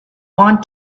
want